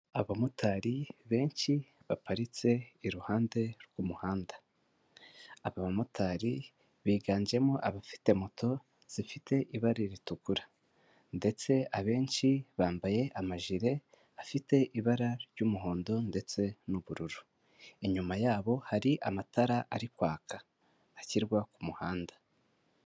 Abamotari benshi baparitse iruhande rw'umuhanda, aba bamotari biganjemo abafite moto zifite ibara ritukura ndetse abenshi bambaye amajire afite ibara ry'umuhondo ndetse n'ubururu, inyuma yabo hari amatara ari kwaka, ashyirwa ku muhanda.